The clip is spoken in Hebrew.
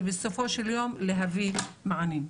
ובסופו של יום להביא מענים.